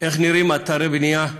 איך נראים אתרי בנייה,